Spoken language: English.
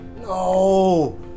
no